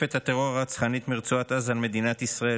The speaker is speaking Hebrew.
מתקפת הטרור הרצחנית מרצועת עזה על מדינת ישראל